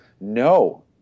no